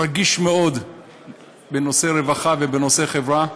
רגיש מאוד בנושא רווחה ובנושא חברה.